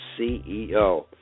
CEO